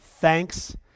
thanks